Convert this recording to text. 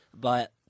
but-